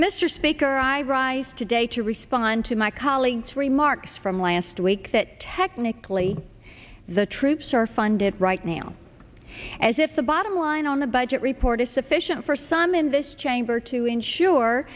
mr speaker i rise today to respond to my colleagues remarks from last week that technically the troops are funded right now as if the bottom line on the budget report is sufficient for some in this chamber to ensure